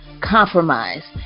compromise